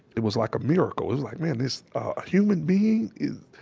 it was like a miracle. it was like, man, this human being is.